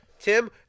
Tim